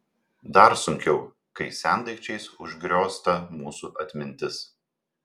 dar sunkiau kai sendaikčiais užgriozta mūsų atmintis